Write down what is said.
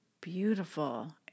beautiful